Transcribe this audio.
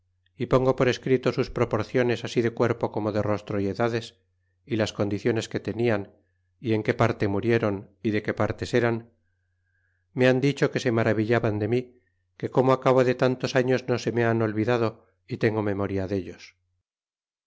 cuba pongo por escrito sus proporciones así de cuerpo como de rostro d edades é las condiciones que tenian é en que parte muriéron é de que partes eran me han dicho que se maravillaban de mi que como á cabo de tantos años no se me han olvidado tengo memoria dellos